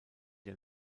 der